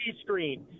screen